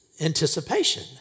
anticipation